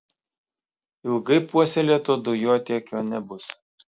ilgai puoselėto dujotiekio nebus